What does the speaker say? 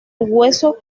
hueso